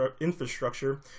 infrastructure